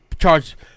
charge